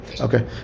Okay